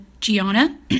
Gianna